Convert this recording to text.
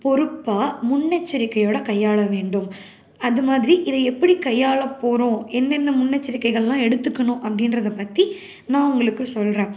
பொறுப்பாக முன்னெச்சரிக்கையோடு கையாள வேண்டும் அது மாதிரி இதை எப்படி கையாளப் போகிறோம் என்னென்ன முன்னெச்சரிக்கைகள்லாம் எடுத்துக்கணும் அப்படின்றத பற்றி நான் உங்களுக்கு சொல்கிறேன்